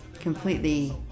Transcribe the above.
completely